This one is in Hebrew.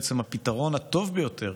בעצם הפתרון הטוב ביותר